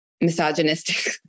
misogynistic